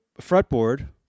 fretboard